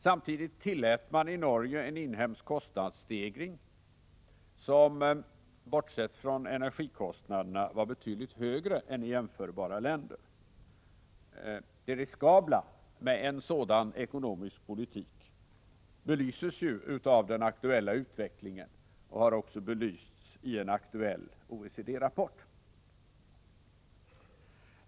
Samtidigt tillät man en inhemsk kostnadsstegring som, bortsett från energikostnaderna, var betydligt högre än i jämförbara länder. Det riskabla med en sådan ekonomisk politik belyses av den aktuella utvecklingen och har också belysts i en aktuell OECD rapport.